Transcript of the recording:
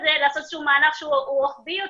זה לעשות איזה שהוא מהלך רוחבי יותר.